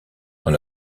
dans